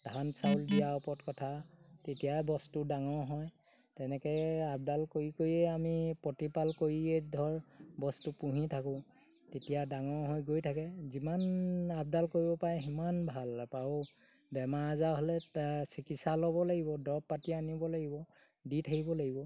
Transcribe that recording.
ধান চাউল দিয়াৰ ওপৰত কথা তেতিয়াই বস্তু ডাঙৰ হয় তেনেকৈ আপডাল কৰি কৰিয়ে আমি প্ৰতিপাল কৰিয়ে ধৰ বস্তু পুহি থাকোঁ তেতিয়া ডাঙৰ হৈ গৈ থাকে যিমান আপডাল কৰিব পাৰে সিমান ভাল আৰু বেমাৰ আজাৰ হ'লে চিকিৎসা ল'ব লাগিব দৰৱ পাতি আনিব লাগিব দি থাকিব লাগিব